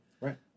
Right